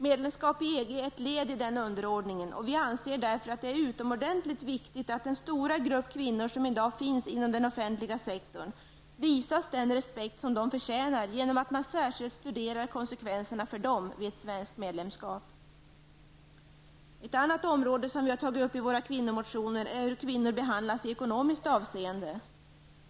Medlemskap i EG är ett led i den underordningen, och vi anser därför att det är utomordentligt viktigt att den stora grupp kvinnor som i dag finns inom den offentliga sektorn visas den respekt som dessa kvinnor förtjänar genom att man särskilt studerar konsekvenserna för dem vid ett svenskt medlemskap. Ett annat område som vi har tagit upp i våra kvinnormotioner är hur kvinnor behandlas i ekonomisk avseende.